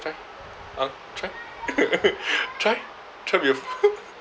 try ang try try to be a fool